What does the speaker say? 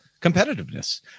competitiveness